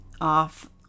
off